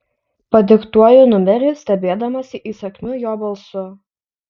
padiktuoju numerį stebėdamasi įsakmiu jo balsu